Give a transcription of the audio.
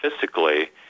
physically